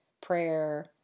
prayer